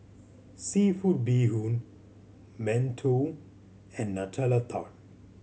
seafood bee hoon mantou and Nutella Tart